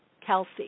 Kelsey